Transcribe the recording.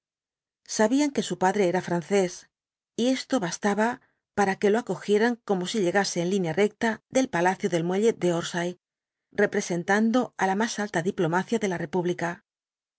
sabían que su padre era francés y esto bastaba para que lo acogiesen como si llegase en línea recta del palacio del muelle de orsay representando á la más alta diplomacia de la república